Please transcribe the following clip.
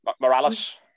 Morales